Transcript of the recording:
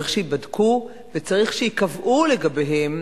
צריך שייבדקו וצריך שייקבעו לגביהם